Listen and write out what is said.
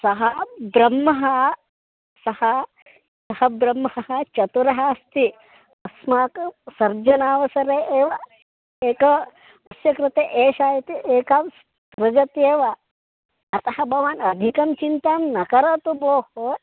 सः ब्रह्मः सः सः ब्रह्मः चतुरः अस्ति अस्माकं सर्जनावसरे एव एक अस्य कृते एषा इति एकां सृजति एव अतः भवान् अधिकं चिन्तां न करोतु भोः